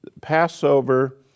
Passover